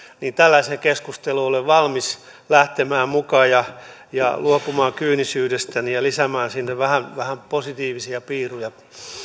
niin tällaiseen keskusteluun olen valmis lähtemään mukaan ja ja luopumaan kyynisyydestäni ja lisäämään sinne vähän vähän positiivisia piiruja sitten